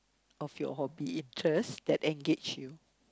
of your hobby interest that engage you